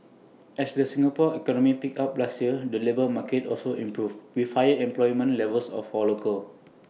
as the Singapore economy picked up last year the labour market also improved with higher employment levels A for locals